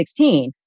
2016